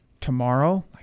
tomorrow